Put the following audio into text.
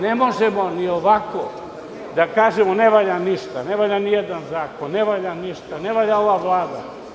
Ne možemo ni ovako da kažemo ne valja ništa, ne valja ni jedan zakon, ne valja ova vlada.